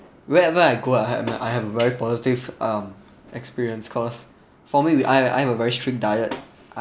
wherever I go I have I I have a very positive um experience cause for me I've I've a very strict diet